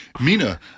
Mina